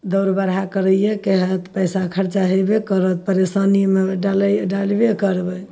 दौड़ बड़हा करैएके हैत पइसा खरचा हेबे करत परेशानीमे डालैए डालबे करबै